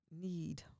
need